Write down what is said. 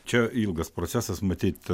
čia ilgas procesas matyt